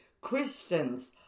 Christians